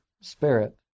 spirit